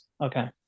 okay